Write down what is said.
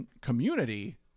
community